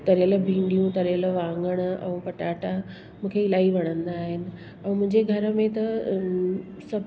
तरियलु भीड़ियूं तरियलु वाङणु ऐं पटाटा मूंखे इलाही वणंदा आहिनि ऐं मुंहिंजे घर में त सभु